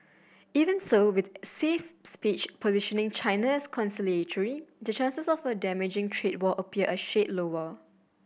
even so with Xi's speech positioning China's conciliatory the chances of a damaging trade war appear a shade lower